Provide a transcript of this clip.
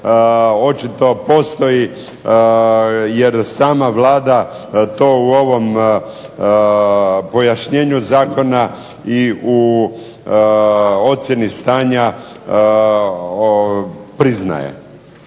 očito postoji jer sama Vlada to u ovom pojašnjenju zakona i u ocjeni stanja priznaje.